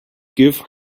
give